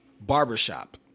Barbershop